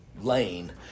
lane